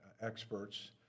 experts